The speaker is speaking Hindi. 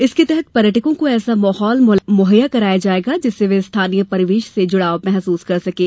इसके तहत पर्यटकों को ऐसा माहौल मुहैया कराया जाएगा जिससे वे स्थानीय परिवेश से जुड़ाव महसूस कर सकें